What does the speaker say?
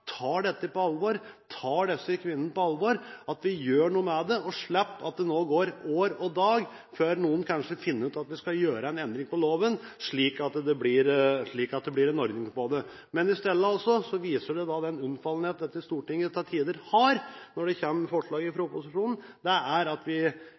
tar dette på alvor og tar disse kvinnene på alvor – at vi gjør noe med det og unngår at det går år og dag før noen kanskje finner ut at man skal gjøre en endring i loven slik at det blir orden på det. Men i stedet viser dette den unnfallenhet dette storting til tider har når det